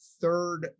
third